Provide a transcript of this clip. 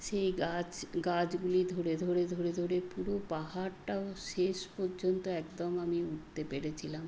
সেই গাছ গাছগুলি ধরে ধরে ধরে ধরে পুরো পাহাড়টাও শেষ পর্যন্ত একদম আমি উঠতে পেরেছিলাম